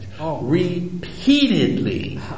repeatedly